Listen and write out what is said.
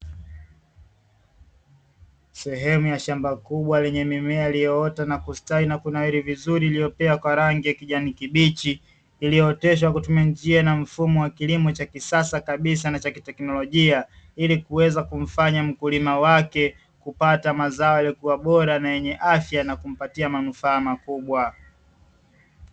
Sehemu ya shamba kubwa, lenye mimea iliyoota na kustawi na kunawiri vizuri, iliyopea kwa rangi ya kijani kibichi, iliyooteshwa kwa kutumia njia na mfumo wa kiasasa kabisa na chakiteknolojia ili kuweza kumfanya mkulima wake kupata mazao yaliyokuwa bora na yenye afya na kumpatia manufaa makubwa.